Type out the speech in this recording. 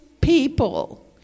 people